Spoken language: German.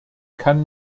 kann